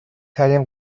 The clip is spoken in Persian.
ترین